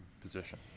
position